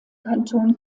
kanton